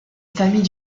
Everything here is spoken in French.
famille